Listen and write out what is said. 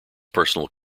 personal